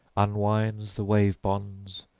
unwinds the wave-bonds,